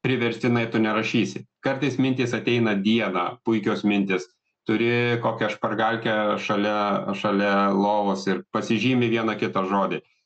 priverstinai tu nerašysi kartais mintys ateina dieną puikios mintys turi kokią špargalkę šalia šalia lovos ir pasižymi vieną kitą žodį